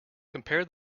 compare